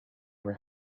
were